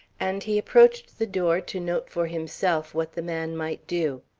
and he approached the door to note for himself what the man might do.